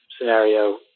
scenario